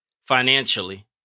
financially